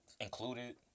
included